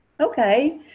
okay